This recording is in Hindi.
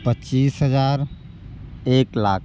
पच्चीस हज़ार एक लाख